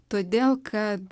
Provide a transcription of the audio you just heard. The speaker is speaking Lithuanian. todėl kad